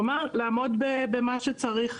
כלומר, לעמוד במה שצריך,